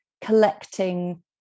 collecting